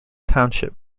township